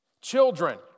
Children